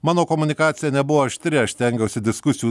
mano komunikacija nebuvo aštri aš stengiausi diskusijų